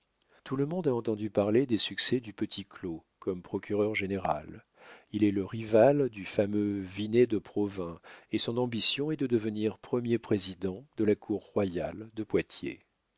tout le monde a entendu parler des succès de petit claud comme procureur général il est le rival du fameux vinet de provins et son ambition est de devenir premier président de la cour royale de poitiers